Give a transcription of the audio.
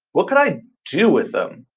what can i do with them?